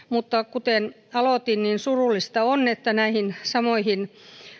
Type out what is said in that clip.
kuten aloitin niin surullista on että näihin samoihin